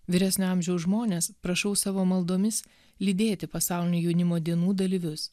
vyresnio amžiaus žmones prašau savo maldomis lydėti pasaulinių jaunimo dienų dalyvius